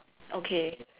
okay